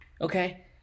okay